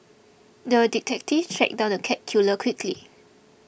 the detective tracked down the cat killer quickly